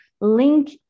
link